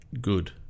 good